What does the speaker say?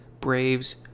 Braves